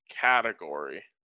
category